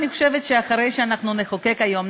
אני חושבת שאחרי שאנחנו נחוקק היום,